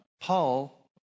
Paul